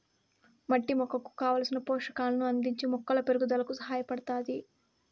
మట్టి మొక్కకు కావలసిన పోషకాలను అందించి మొక్కల పెరుగుదలకు సహాయపడుతాది